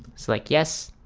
like yes,